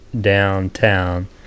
downtown